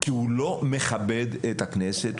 כי הוא לא מכבד את הכנסת,